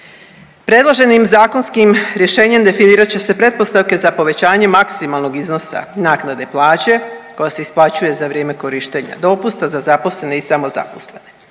Predloženim zakonskim rješenjem definirat će se pretpostavke za povećanje maksimalnog iznosa naknade plaće koja se isplaćuje za vrijeme korištenja dopusta za zaposlene i samozaposlene.